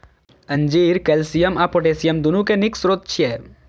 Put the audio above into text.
अंजीर कैल्शियम आ पोटेशियम, दुनू के नीक स्रोत छियै